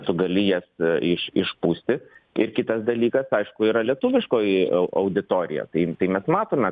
tu gali jas iš išpūsti ir kitas dalykas aišku yra lietuviškoji auditorija tai tai mes matome